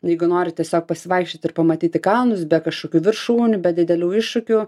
jeigu nori tiesiog pasivaikščiot ir pamatyti kalnus be kažkokių viršūnių be didelių iššūkių